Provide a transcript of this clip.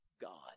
God